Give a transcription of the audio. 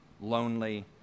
lonely